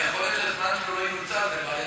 זה בעייתי.